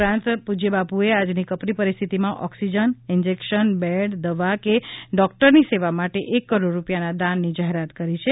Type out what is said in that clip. ઉપરાંત પૂજ્ય બાપુએ આજની કપરી પરિસ્થિતિમાં ઓક્સિજન ઇન્જેક્શન બેડ દવા કે ડૉક્ટરની સેવા માટે એક કરોડ રૂપિયાના દાનની જાહેરાત કરી છે